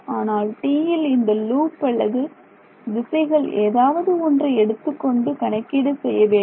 ஆனால் TEயில் இந்த லூப் அல்லது திசைகள் ஏதாவது ஒன்றை எடுத்துக்கொண்டு கணக்கீடு செய்ய வேண்டும்